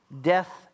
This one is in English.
death